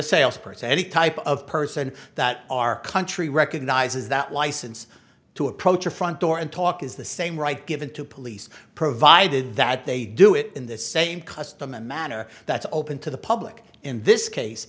a sales person any type of person that our country recognizes that license to approach a front door and talk is the same right given to police provided that they do it in the same custom and manner that's open to the public in this case